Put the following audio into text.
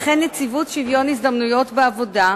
וכן נציבות שוויון הזדמנויות בעבודה,